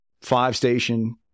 five-station